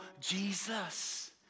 Jesus